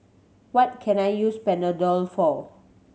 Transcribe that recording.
what can I use Panadol for